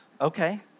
okay